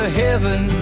heaven